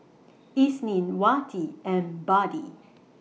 Isnin Wati and Budi